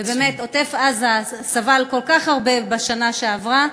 ובאמת, עוטף-עזה סבל כל כך הרבה בשנה שעברה.